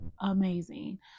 amazing